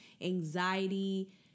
anxiety